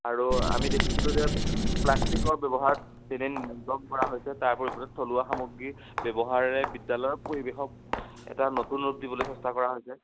আৰু আমি দেখিছিলোঁ যে প্লাষ্টিকৰ ব্যৱহাৰ তেনে কৰা হৈছে তাৰ পৰিৱৰ্তে থলুৱা সামগ্ৰী ব্যৱহাৰে বিদ্যালয়ৰ পৰিৱেশক এটা নতুন ৰূপ দিবলৈ চেষ্টা কৰা হৈছে